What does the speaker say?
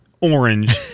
orange